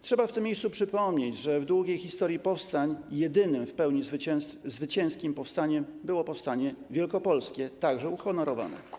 Trzeba w tym miejscu przypomnieć, że w długiej historii powstań jedynym w pełni zwycięskim powstaniem było powstanie wielkopolskie, także uhonorowane.